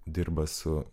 dirba su